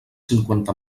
cinquanta